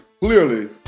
clearly